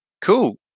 Cool